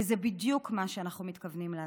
וזה בדיוק מה שאנחנו מתכוונים לעשות.